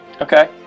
Okay